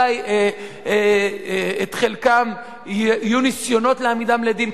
אולי את חלקם יהיו ניסיונות להעמיד לדין.